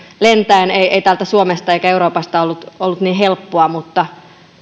lentäen ei ei täältä suomesta eikä euroopasta ollut ollut niin helppoa mutta